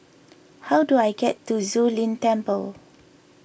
how do I get to Zu Lin Temple